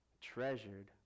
treasured